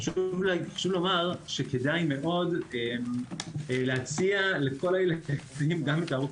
חשוב לומר שכדאי מאוד להציע לכל הילדים גם את ההורות